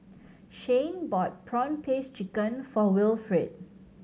Shayne bought prawn paste chicken for Wilfrid